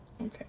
Okay